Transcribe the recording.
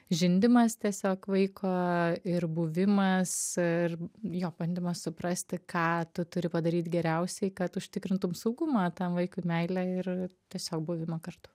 žindymas tiesiog vaiko ir buvimas ir jo bandymas suprasti ką tu turi padaryt geriausiai kad užtikrintum saugumą tam vaikui meilę ir tiesiog buvimą kartu